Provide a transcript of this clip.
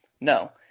No